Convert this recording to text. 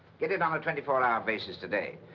get it on a twenty four hour basis today.